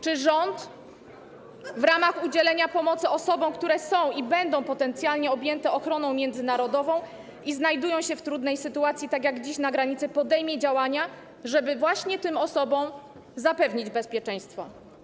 Czy rząd w ramach udzielenia pomocy osobom, które są i będą potencjalnie objęte ochroną międzynarodową i znajdują się w trudnej sytuacji, tak jak dziś na granicy, podejmie działania, żeby zapewnić im bezpieczeństwo?